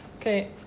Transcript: Okay